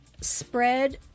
spread